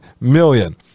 million